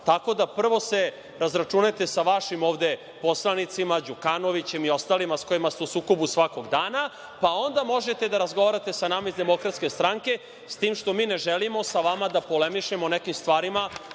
pasti. Prvo se razračunajte sa vašim poslanicima ovde, Đukanovićem i ostalima, s kojima ste u sukobu svakog dana, pa onda možete da razgovarate sa nama iz Demokratske stranke, s tim što mi ne želimo sa vama da polemišemo o nekim stvarima